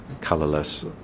colourless